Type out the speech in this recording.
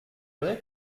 vrai